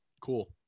Cool